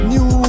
New